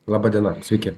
laba diena sveiki